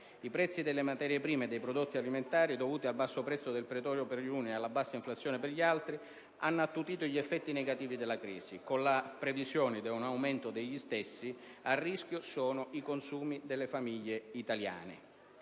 I prezzi delle materie prime e dei prodotti alimentari, dovuti al basso prezzo del petrolio per gli uni e alla bassa inflazione per gli altri, hanno attutito gli effetti negativi della crisi. Con la previsione di un aumento degli stessi, a rischio sono i consumi delle famiglie italiane.